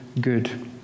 good